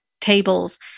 tables